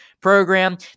program